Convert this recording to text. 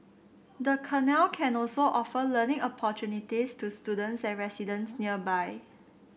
the canal can also offer learning opportunities to students and residents nearby